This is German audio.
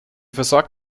versorgt